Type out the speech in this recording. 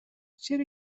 چرا